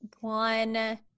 one